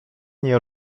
nie